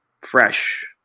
fresh